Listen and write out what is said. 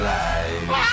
life